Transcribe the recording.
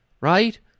right